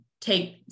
take